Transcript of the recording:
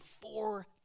four